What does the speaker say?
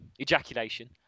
ejaculation